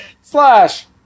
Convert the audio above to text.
slash